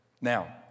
Now